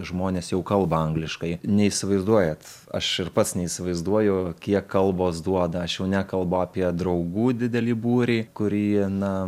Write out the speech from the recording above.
žmonės jau kalba angliškai neįsivaizduojat aš ir pats neįsivaizduoju kiek kalbos duoda aš jau nekalbu apie draugų didelį būrį kurį na